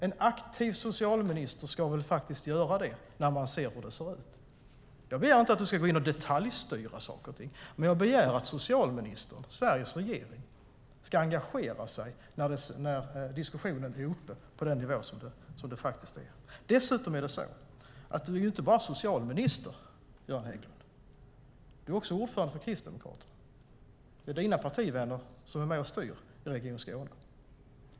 En aktiv socialminister ska väl göra det? Jag begär inte att Göran Hägglund ska detaljstyra saker och ting, men jag begär att socialministern, Sveriges regering, ska engagera sig när diskussionen är uppe på den nivå som den är. Dessutom är Göran Hägglund inte bara socialminister, utan han är också ordförande för Kristdemokraterna. Det är hans partivänner som är med och styr i Region Skåne.